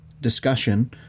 discussion